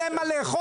אין להם מה לאכול.